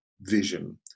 vision